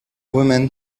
woman